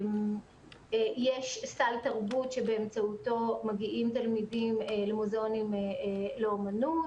יש סל תרבות שבאמצעותו מגיעים תלמידים למוזיאונים לאומנות.